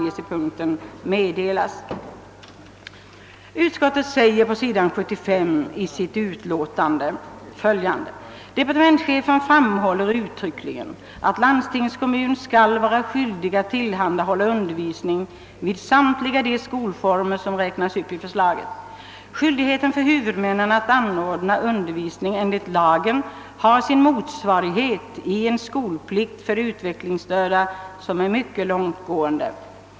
Utskottet säger på sid. 75 i sitt utlåtande: »Departementschefen framhåller uttryckligen, att landstingskommun skall vara skyldig att tillhandahålla undervisning vid samtliga de skolformer som räknas upp i lagförslaget. Skyldigheten för huvudmännen att anordna undervisning enligt lagen har sin motsvarighet i en skolplikt för de utvecklingsstörda, som är mycket långtgående.